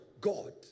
God